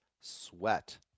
sweat